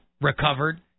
recovered